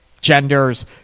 genders